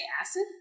acid